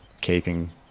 keeping